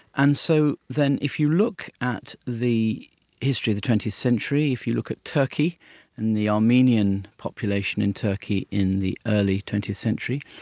and so then if you look at the history of the twentieth century, if you look at turkey and the armenian population in turkey in the early twentieth century,